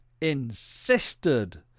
insisted